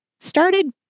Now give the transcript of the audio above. started